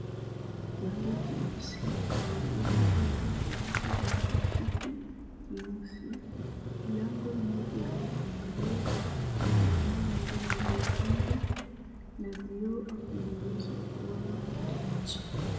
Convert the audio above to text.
Gari jeusi lenye viti viwili vyeusi vyenye mishipi myeusi, mlango mmoja uliofunguliwa, mlango mwingine uliofungwa na vioo vyenye uwezo wa kuona kwenda nje.